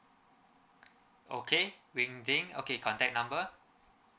okay wing ting okay contact number